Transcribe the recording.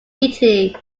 italy